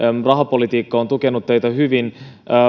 rahapolitiikka on tukenut teitä hyvin